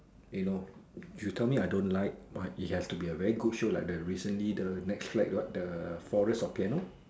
you know you tell me I don't like but it has to be a very good show like the recently the netflix got the forest of piano